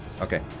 Okay